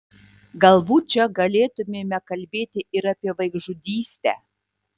galbūt čia galėtumėme kalbėti ir apie vaikžudystę